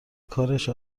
کارش